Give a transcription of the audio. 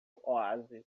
oásis